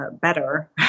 better